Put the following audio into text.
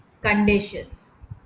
conditions